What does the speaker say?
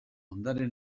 ondare